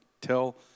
tell